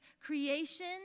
creation